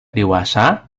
dewasa